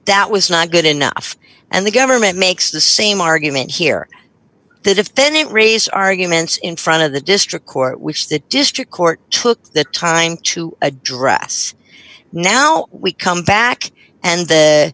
doubt was not good enough and the government makes the same argument hear the defendant raise arguments in front of the district court which the district court took the time to address now we come back and the